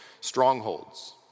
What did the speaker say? strongholds